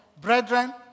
brethren